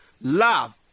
love